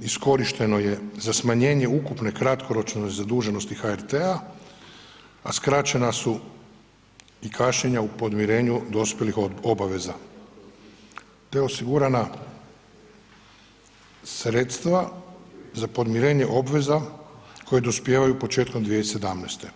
iskorišteno je za smanjenje ukupne kratkoročne zaduženosti HRT-a, a skraćena su i kašnjenja u podmirenja dospjelih obaveza, te osigurana sredstva za podmirenje obveza koja dospijevaju početkom 2017.,